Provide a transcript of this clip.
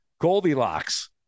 Goldilocks